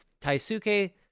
Taisuke